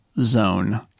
zone